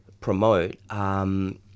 promote